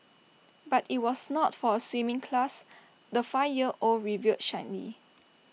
but IT was not for A swimming class the five year old revealed shyly